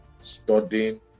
studying